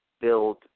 build